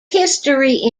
history